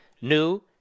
new